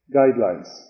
guidelines